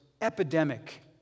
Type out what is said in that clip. epidemic